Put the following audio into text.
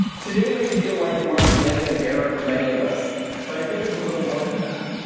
today may feel like it marks the end of an era for many of us, but i think it's a little more than that.